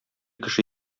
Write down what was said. кеше